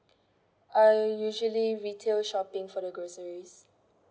I usually retail shopping for the groceries